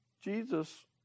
Jesus